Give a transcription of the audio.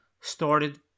started